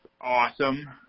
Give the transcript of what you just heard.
awesome